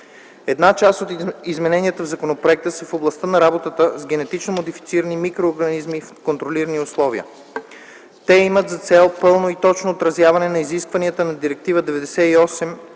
Една част от измененията в законопроекта са в областта на работата с генетично модифицирани микроорганизми в контролирани условия. Те имат за цел пълно и точно отразяване на изискванията на Директива 98/81/ЕО,